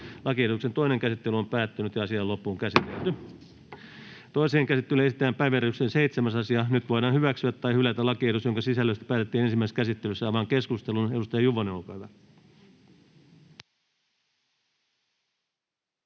laiksi sotilasavustuslain 11 §:n muuttamisesta Time: N/A Content: Toiseen käsittelyyn esitellään päiväjärjestyksen 9. asia. Nyt voidaan hyväksyä tai hylätä lakiehdotus, jonka sisällöstä päätettiin ensimmäisessä käsittelyssä. Avaan keskustelun. Edustaja Juvonen, olkaa hyvä.